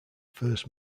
first